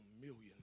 millions